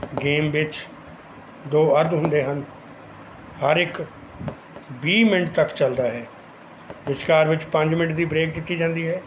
game ਵਿੱਚ ਦੋ ਅੱਧ ਹੁੰਦੇ ਹਨ ਹਰ ਇੱਕ ਵੀਹ ਮਿੰਟ ਤੱਕ ਚੱਲਦਾ ਹੈ ਵਿਚਕਾਰ ਵਿੱਚ ਪੰਜ ਮਿੰਟ ਦੀ ਬਰੇਕ ਦਿੱਤੀ ਜਾਂਦੀ ਹੈ